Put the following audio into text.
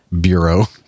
Bureau